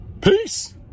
Peace